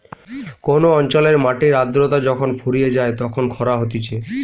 কোন অঞ্চলের মাটির আদ্রতা যখন ফুরিয়ে যায় তখন খরা হতিছে